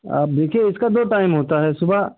आप देखिए इसका दो टाइम होता है सुबह